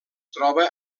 troba